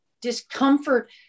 Discomfort